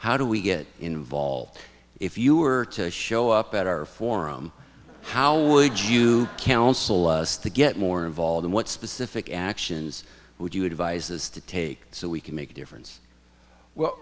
how do we get involved if you were to show up at our forum how would you counsel us to get more involved in what specific actions would you advise us to take so we can make a difference well